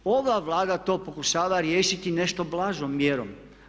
Ova Vlada to pokušava riješiti nešto blažom mjerom.